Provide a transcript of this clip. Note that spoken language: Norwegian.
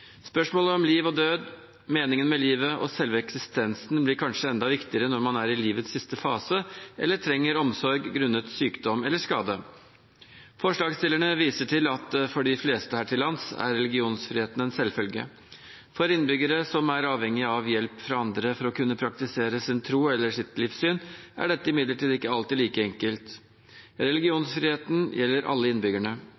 om liv og død, meningen med livet og selve eksistensen blir kanskje enda viktigere når man er i livets siste fase, eller trenger omsorg grunnet sykdom eller skade. Forslagsstillerne viser til at for de fleste her til lands er religionsfriheten en selvfølge. For innbyggere som er avhengig av hjelp fra andre for å kunne praktisere sin tro eller sitt livssyn, er dette imidlertid ikke alltid like enkelt.